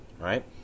Right